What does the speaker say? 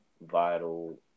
vital